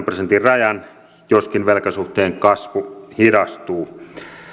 prosentin rajan joskin velkasuhteen kasvu hidastuu